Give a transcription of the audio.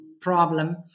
problem